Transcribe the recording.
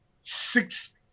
six